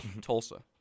Tulsa